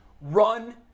run